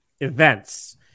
events